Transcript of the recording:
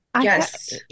Yes